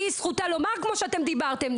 זכותה לדבר כפי שאתן דיברתן.